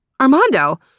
Armando